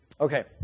Okay